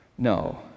No